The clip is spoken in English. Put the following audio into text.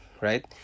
Right